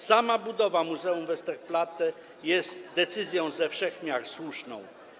Sama budowa muzeum Westerplatte jest decyzją ze wszech miar słuszną.